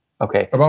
Okay